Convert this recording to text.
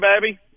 baby